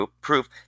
proof